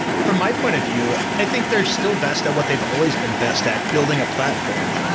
from my point of view, i think they're still best of what they've always been best at, building a platform.